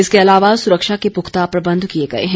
इसके अलावा सुरक्षा के पुख्ता प्रबंध किए गए हैं